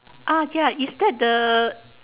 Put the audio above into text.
ah ya is that the